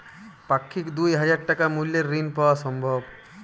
পাক্ষিক দুই হাজার টাকা মূল্যের ঋণ পাওয়া সম্ভব?